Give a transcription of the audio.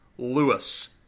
Lewis